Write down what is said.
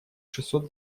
шестьсот